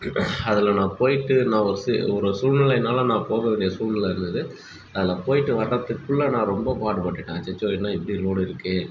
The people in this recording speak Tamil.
அதில் நான் போயிட்டு நான் ஒரு ஒரு சூழ்நிலயினால நான் போக வேண்டிய சூல்நில இருந்தது அதில் போயிட்டு வரத்துக்குள்ளே நான் ரொம்ப பாடுபட்டுட்டேன் அச்சச்சோ என்ன இப்படி ரோடு இருக்குது